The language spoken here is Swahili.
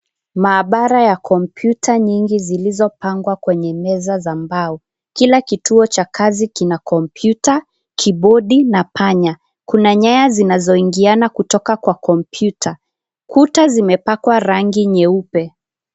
Maabara ya kompyuta nyingi zilizopangwa kwenye meza za mbao, kila kituo cha kazi kina kompyuta, kibodi na panya, kuna nyaya zinazoingiana kutoka kwa kompyuta kuta zimepakwa rangi nyeupe.